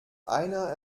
einer